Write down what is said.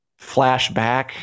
flashback